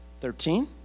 Thirteen